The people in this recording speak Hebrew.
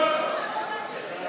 תודה לשר אקוניס.